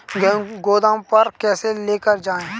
गेहूँ को गोदाम पर कैसे लेकर जाएँ?